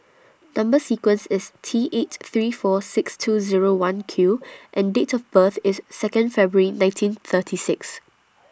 Number sequence IS T eight three four six two Zero one Q and Date of birth IS Second February nineteen thirty six